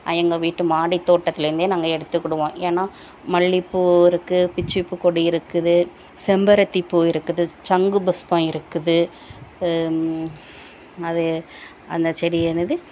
எங்கள் வீட்டு மாடித் தோட்டத்துலேருந்தே நாங்கள் எடுத்துக்கிடுவோம் ஏன்னா மல்லிகைப்பூ இருக்குது பிச்சிப்பூ கொடி இருக்குது செம்பருத்திப் பூ இருக்குது சங்கு புஷ்பம் இருக்குது அது அந்த செடி என்னது